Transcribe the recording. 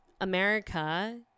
America